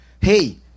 hey